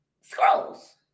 scrolls